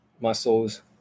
muscles